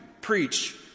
preach